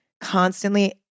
constantly